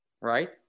right